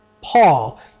Paul